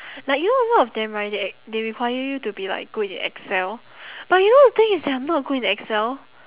like you know a lot of them right they they require you to be like good in Excel but you know the thing is that I'm not good in Excel